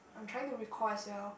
trying to recall as well